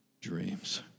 dreams